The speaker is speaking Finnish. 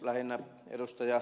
lähinnä ed